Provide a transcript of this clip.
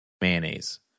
mayonnaise